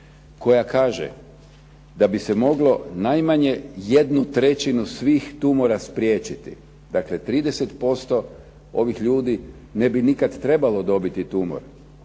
koja kaže da bi se moglo najmanje 1/3 svih tumora spriječiti, dakle 30% ovih ljudi ne bi trebalo nikada dobiti tumor